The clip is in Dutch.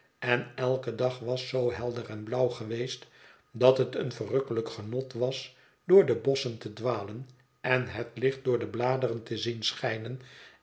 en elke dag was zoo helder en blauw geweest dat het een verrukkelijk genot was door de bosschen te dwalen en het licht door de bladeren te zien schijnen